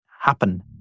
happen